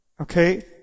Okay